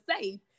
safe